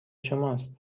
شماست